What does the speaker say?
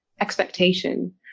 expectation